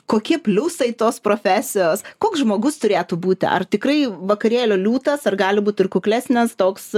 kokie pliusai tos profesijos koks žmogus turėtų būti ar tikrai vakarėlių liūtas ar gali būt ir kuklesnis toks